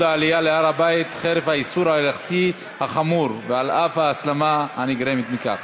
העלייה להר-הבית חרף האיסור ההלכתי החמור ועל אף ההסלמה הנגרמת מכך.